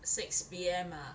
six P_M ah